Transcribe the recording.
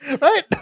Right